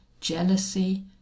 jealousy